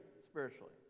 spiritually